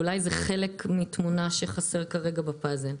אולי זה חלק מתמונה שחסר כרגע בפאזל.